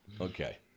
Okay